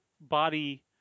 body